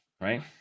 right